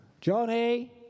Johnny